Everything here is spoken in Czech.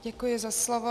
Děkuji za slovo.